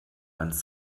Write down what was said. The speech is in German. ganz